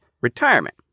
retirement